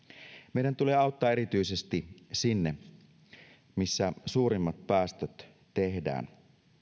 meidän tulee auttaa erityisesti siellä missä suurimmat päästöt tehdään